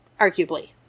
arguably